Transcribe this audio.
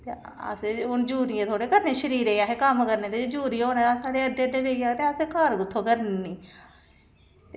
ते असें हून यूरिये थोह्ड़े करने शरीरै च असें कम्म करने ताईं यूरिये हूनै साढ़े टिड्ढ पेई जाग ते असें कार कुत्थुआं करनी